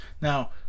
Now